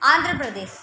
Andhra Pradesh